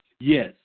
Yes